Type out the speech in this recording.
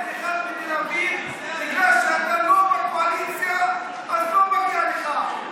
אתה לא אומר לאחד בתל אביב: בגלל שאתה לא בקואליציה אז לא מגיע לך.